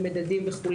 ומדדים וכו',